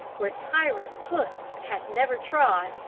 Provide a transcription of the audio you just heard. where tyrant foot hath never trod,